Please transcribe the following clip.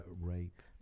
rape